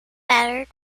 battered